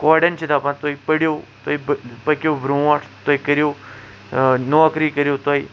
کوریٚن چھٕ دَپان تُہۍ پٔرو تُہۍ پٔکِو برۄنٛٹھ تُہۍ کٔرِو نوکری کٔرِو تُہۍ